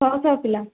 ଛଅଶହ ପିଲା